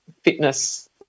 fitness